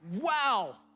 wow